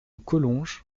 collonges